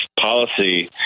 policy